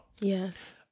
Yes